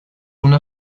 una